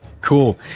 Cool